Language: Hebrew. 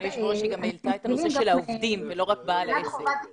היא העלתה את הנושא של העובדים ולא רק בעל העסק.